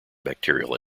bacterial